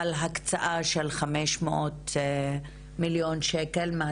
על הקצאה של 500 מיליון שקל, שהם רבע